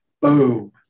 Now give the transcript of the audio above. Boom